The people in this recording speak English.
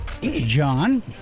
John